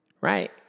right